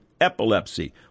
epilepsy